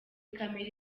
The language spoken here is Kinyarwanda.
camera